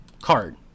card